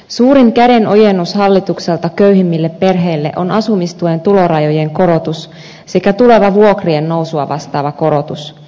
suurin kädenojennus hallitukselta köyhimmille perheille on asumistuen tulorajojen korotus sekä tuleva vuokrien nousua vastaava korotus